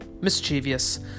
mischievous